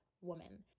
woman